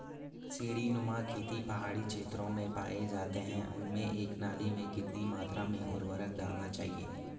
सीड़ी नुमा खेत पहाड़ी क्षेत्रों में पाए जाते हैं उनमें एक नाली में कितनी मात्रा में उर्वरक डालना चाहिए?